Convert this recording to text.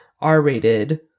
R-rated